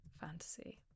fantasy